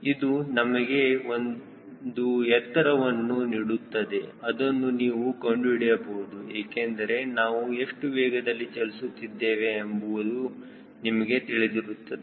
ಇದು ನಮಗೆ ಒಂದು ಎತ್ತರವನ್ನು ನೀಡುತ್ತದೆಅದನ್ನು ನೀವು ಕಂಡುಹಿಡಿಯಬಹುದು ಏಕೆಂದರೆ ನಾವು ಎಷ್ಟು ವೇಗದಲ್ಲಿ ಚಲಿಸುತ್ತಿದ್ದೇವೆ ಎಂಬುವುದು ನಿಮಗೆ ತಿಳಿದಿರುತ್ತದೆ